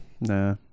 nah